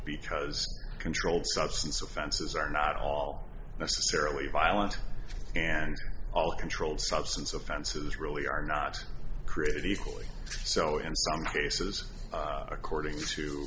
because controlled substance offenses are not all necessarily violent and all controlled substance offenses really are not created equally so in some cases according to